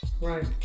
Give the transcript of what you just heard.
right